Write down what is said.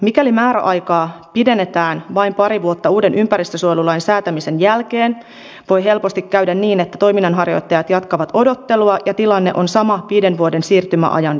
mikäli määräaikaa pidennetään vain pari vuotta uuden ympäristönsuojelulain säätämisen jälkeen voi helposti käydä niin että toiminnanharjoittajat jatkavat odottelua ja tilanne on sama viiden vuoden siirtymäajan jälkeen